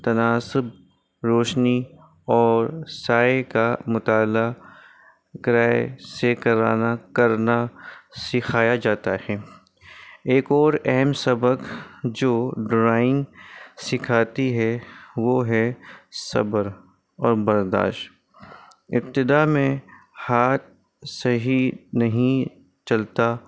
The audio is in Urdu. تناسب روشنی اور سائے کا مطالعہ کرائے سے کرانا کرنا سکھایا جاتا ہے ایک اور اہم سبق جو ڈرائنگ سکھاتی ہے وہ ہے صبر اور برداشت ابتدا میں ہاتھ صحیح نہیں چلتا